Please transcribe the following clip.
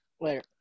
Later